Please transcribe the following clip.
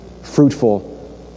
fruitful